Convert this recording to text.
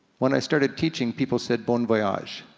when i started teaching, people said bon voyage.